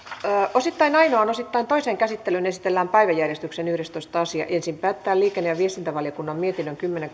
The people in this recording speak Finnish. osittain ainoaan osittain toiseen käsittelyyn esitellään päiväjärjestyksen yhdestoista asia ensin päätetään liikenne ja viestintävaliokunnan mietinnön kymmenen